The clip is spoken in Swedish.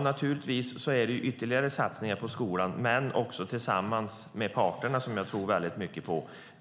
Naturligtvis handlar det om ytterligare satsningar på skolan, men också tillsammans med parterna, vilket jag tror mycket på.